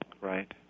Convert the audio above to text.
Right